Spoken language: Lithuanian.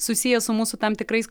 susiję su mūsų tam tikrais